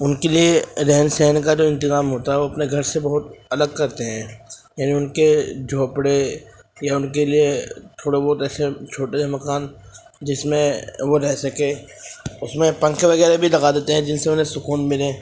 ان کے لیے رہن سہن کا جو انتظام ہوتا ہے وہ اپنے گھر سے بہت الگ کرتے ہیں یعنی ان کے جھوپڑے یا ان کے لیے تھوڑا بہت ایسے چھوٹے سے مکان جس میں وہ رہ سکے اس میں پنکھے وغیرہ بھی لگا دیتے ہیں جن سے انہیں سکون ملے